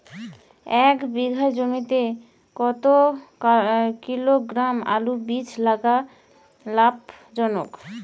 এক বিঘা জমিতে কতো কিলোগ্রাম আলুর বীজ লাগা লাভজনক?